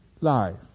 Life